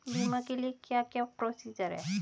बीमा के लिए क्या क्या प्रोसीजर है?